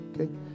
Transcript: Okay